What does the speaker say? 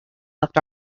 left